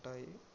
ఉంటాయి